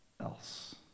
else